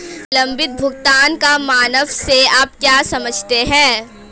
विलंबित भुगतान का मानक से आप क्या समझते हैं?